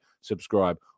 Subscribe